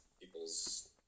people's